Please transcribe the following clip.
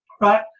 right